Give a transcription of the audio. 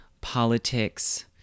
politics